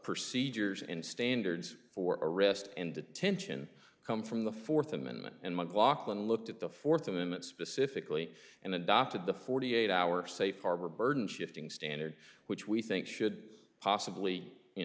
proceed yours and standards for a wrist in detention come from the fourth amendment and mclaughlin looked at the fourth amendment specifically and adopted the forty eight hour safe harbor burden shifting standard which we think should possibly you